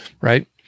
right